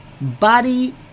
Body